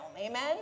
amen